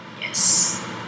Yes